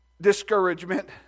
discouragement